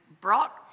brought